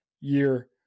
year